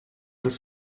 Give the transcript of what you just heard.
das